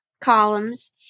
columns